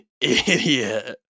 idiot